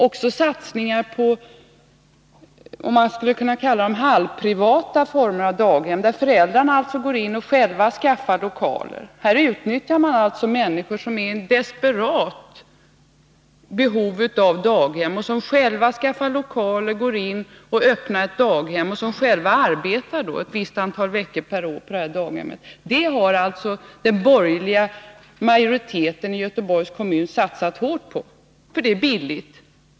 Också satsningar på vad man skulle kunna kalla halvprivata former av daghem, där föräldrar går in och själva skaffar lokaler, har ökat. Här utnyttjar man alltså människor som har ett desperat behov av daghem och låter dem själva skaffa lokaler och öppna daghem i vilket de också arbetar ett visst antal veckor per år. Detta har alltså den borgerliga majoriteten i Göteborgs kommun satsat hårt på — för det är billigt.